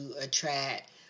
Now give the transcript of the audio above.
attract